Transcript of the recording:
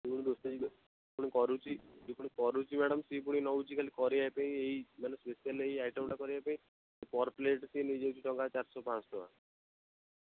ଶୁଣନ୍ତୁ ସେଇ ପୁଣି କରୁଛି ସେ ପୁଣି କରୁଛି ମାଡ଼ାମ୍ ସେ ପୁଣି ନେଉଛି ଖାଲି କରିବା ପାଇଁ ଏଇ ମାନେ ସ୍ପେସାଲି ଏଇ ଆଇଟମ୍ଟା କରିବା ପାଇଁ ପର୍ ପ୍ଲେଟ୍ ସେ ନେଇଯାଉଛି ଟଙ୍କା ଚାରି ଶହ ପାଞ୍ଚ ଶହ ଟଙ୍କା